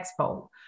expo